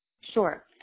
Sure